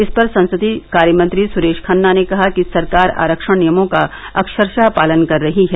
इस पर संसदीय कार्यमंत्री सुरेष खन्ना ने कहा कि सरकार आरक्षण नियमों का अक्षरष पालन कर रही है